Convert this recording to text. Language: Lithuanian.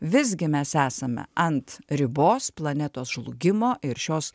visgi mes esame ant ribos planetos žlugimo ir šios